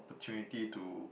opportunity to